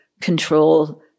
control